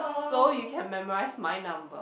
so you can memorise my number